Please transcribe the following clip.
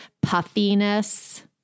puffiness